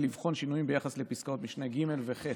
לבחון שינויים ביחס לפסקאות משנה (ג) ו-(ח)